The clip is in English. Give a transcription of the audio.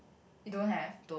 you don't have